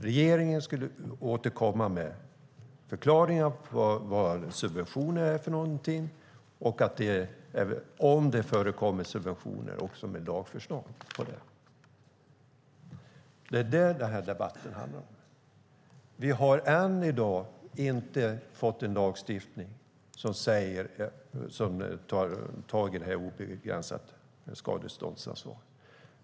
Regeringen skulle återkomma och förklara vad subventioner är och, om det förekommer subventioner, också komma med lagförslag. Det är detta debatten handlar om. Vi har ännu inte fått en lagstiftning som tar tag i detta med ett obegränsat skadeståndsansvar.